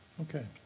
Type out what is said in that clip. Okay